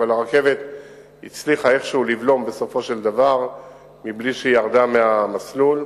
אבל הרכבת הצליחה איכשהו לבלום בסופו של דבר בלי שהיא ירדה מהמסלול.